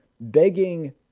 begging